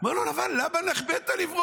אז הוא אומר לו, לבן: "למה נחבאת לברוח"